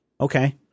Okay